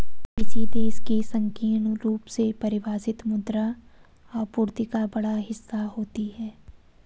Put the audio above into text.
किसी देश की संकीर्ण रूप से परिभाषित मुद्रा आपूर्ति का बड़ा हिस्सा होता है